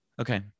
Okay